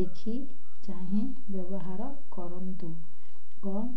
ଦେଖି ଚାହିଁ ବ୍ୟବହାର କରିବା ଏବଂ